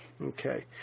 Okay